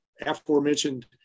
aforementioned